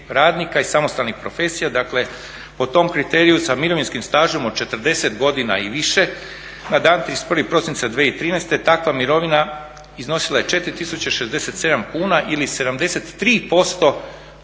radnika i samostalnih profesija. Dakle, po tom kriteriju sa mirovinskim stažom od 40 godina i više na dan 31. prosinca 2013. takva mirovina iznosila je 4067 kuna ili 73%,